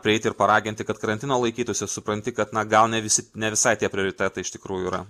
prieiti ir paraginti kad karantino laikytųsi supranti kad na gal ne visi ne visai tie prioritetai iš tikrųjų yra